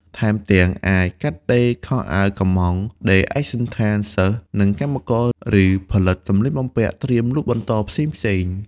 ថែមទាំង អាចកាត់ដេរខោអាវកម្ម៉ង់ ដេរឯកសណ្ឋានសិស្ស និងកម្មករ ឬផលិតសម្លៀកបំពាក់ត្រៀមលក់បន្តផ្សេងៗ។